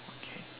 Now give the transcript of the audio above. okay